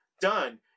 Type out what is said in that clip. done